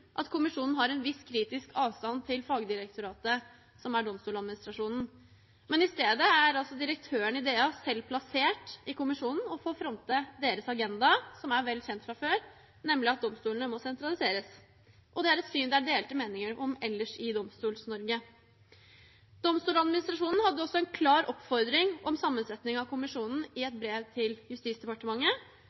at kommisjonen har en viss kritisk avstand til fagdirektoratet, som er Domstoladministrasjonen, men i stedet er altså direktøren i DA selv plassert i kommisjonen og får fronte deres agenda, som er vel kjent fra før, nemlig at domstolene må sentraliseres. Det er et syn det er delte meninger om ellers i Domstols-Norge. Domstoladministrasjonen hadde også en klar oppfordring om sammensetningen av kommisjonen i et brev til Justisdepartementet,